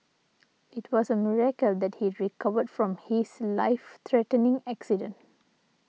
it was a miracle that he recovered from his life threatening accident